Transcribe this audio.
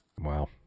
Wow